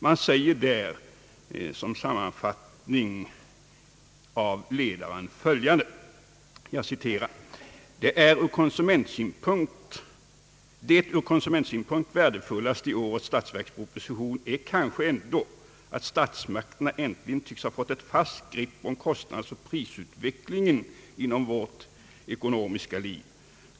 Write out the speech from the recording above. Man säger där som sammanfattning av ledaren: »Det ur konsumentsynpunkt värdefullaste i årets statsverksproposition är kanske ändå, att statsmakterna äntligen tycks ha fått ett fast grepp om kostnadsoch prisutvecklingen inom vårt ekonomiska liv.